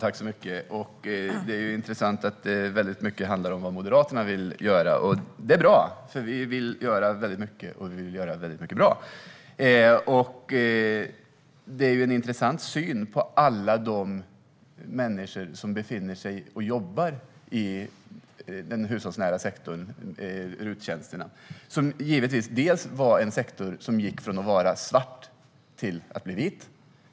Herr talman! Det är intressant att det väldigt mycket handlar om vad Moderaterna vill göra. Det är bra, för vi vill göra väldigt mycket och göra väldigt mycket bra. Det är en intressant syn på alla de människor som befinner sig i och jobbar i den hushållsnära sektorn med RUT-tjänsterna. Det var en sektor som gick från att vara svart till att bli vit.